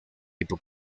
tipo